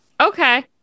Okay